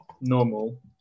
normal